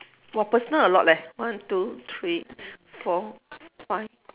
!wah! personal a lot leh one two three four five